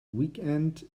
weekend